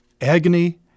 agony